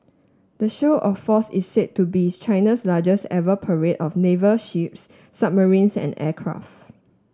the show of force is said to be China's largest ever parade of naval ships submarines and aircraft